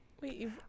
Wait